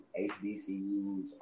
HBCUs